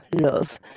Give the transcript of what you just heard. love